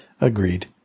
Agreed